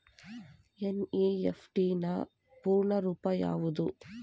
NEFT ನ ಪೂರ್ಣ ರೂಪ ಯಾವುದು?